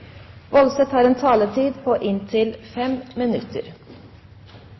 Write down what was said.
ordet, har en taletid på inntil 3 minutter.